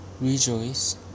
rejoice